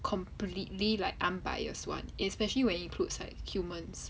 completely like unbiased one especially when includes like humans